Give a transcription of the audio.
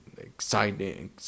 exciting